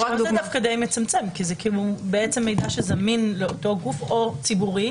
כי זה מידע שזמין לאותו גוף או לציבור,